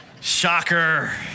Shocker